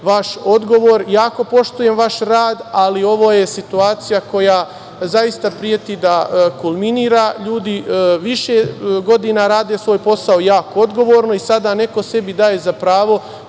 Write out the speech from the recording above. vaš odgovor. Jako poštujem vaš rad, ali ovo je situacija koja zaista preti da kulminira. Ljudi više godina rade svoj posao jako odgovorno i sada neko sebi daje za pravo